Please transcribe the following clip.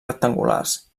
rectangulars